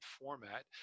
format